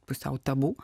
pusiau tabu